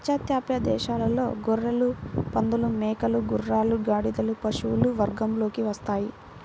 పాశ్చాత్య దేశాలలో గొర్రెలు, పందులు, మేకలు, గుర్రాలు, గాడిదలు పశువుల వర్గంలోకి వస్తాయి